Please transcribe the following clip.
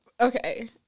Okay